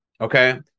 okay